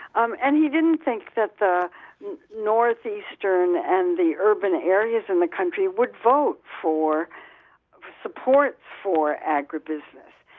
um and he didn't think that the northeastern and the urban areas in the country would vote for support for agribusiness.